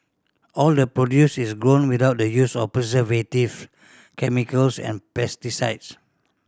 all the produce is grown without the use of preservative chemicals and pesticides